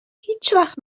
هیچوقت